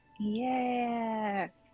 Yes